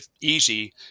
easy